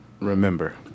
remember